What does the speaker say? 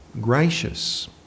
gracious